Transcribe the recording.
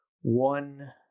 one